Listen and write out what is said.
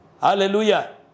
Hallelujah